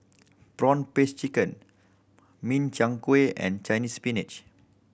prawn paste chicken Min Chiang Kueh and Chinese Spinach